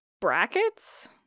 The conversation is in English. Brackets